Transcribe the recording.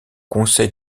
conseil